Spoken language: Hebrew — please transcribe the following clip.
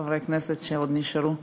חברי הכנסת שעוד נשארו,